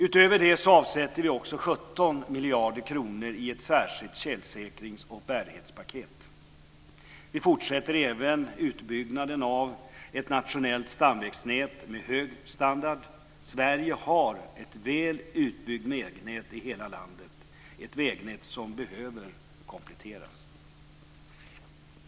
Utöver det avsätter vi också 17 miljarder kronor i ett särskilt tjälsäkrings och bärighetspaket. Vi fortsätter även utbyggnaden av ett nationellt stamvägsnät med hög standard. Sverige har ett väl utbyggt vägnät i hela landet, ett vägnät som behöver kompletteras.